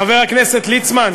חבר הכנסת ליצמן,